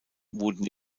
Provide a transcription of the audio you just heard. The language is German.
wurden